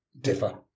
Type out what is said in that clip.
differ